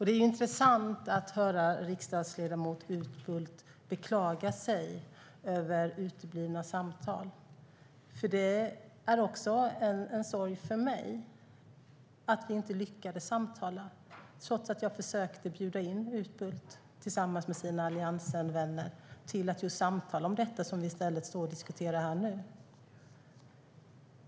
Det är intressant att höra riksdagsledamot Utbult beklaga sig över uteblivna samtal, för det är också en sorg för mig att vi inte lyckades samtala trots att jag försökte bjuda in Utbult och hans alliansvänner till att samtala just om detta som vi i stället står och diskuterar här nu.